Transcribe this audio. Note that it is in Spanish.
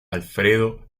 alfredo